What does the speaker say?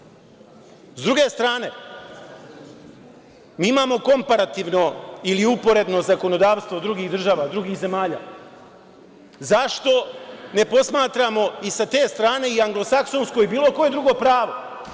S druge strane, mi imamo komparativno ili uporedno zakonodavstvo drugih država, drugih zemalja, zašto ne posmatramo i sa te strane anglosaksonsko ili bilo koje drugo pravo.